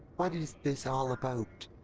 what is this all about?